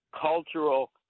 cultural